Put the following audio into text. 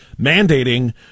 mandating